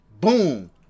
Boom